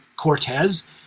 Cortez